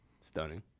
stunning